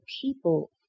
people